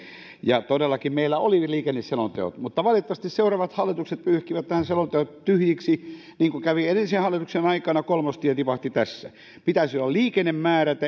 todellakin meillä oli liikenneselonteot mutta valitettavasti seuraavat hallitukset pyyhkivät nämä selonteot tyhjiksi niin kuin kävi edellisen hallituksen aikana kolmostie tipahti tässä pitäisi olla liikennemäärät